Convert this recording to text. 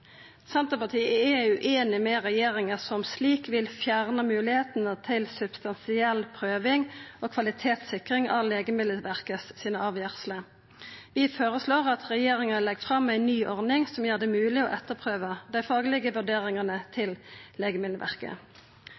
Senterpartiet er ueinig med regjeringa, som slik vil fjerna moglegheitene til substansiell prøving og kvalitetssikring av avgjerdene til Legemiddelverket. Vi føreslår at regjeringa legg fram ei ny ordning som gjer det mogleg å etterprøva dei faglege vurderingane til Legemiddelverket.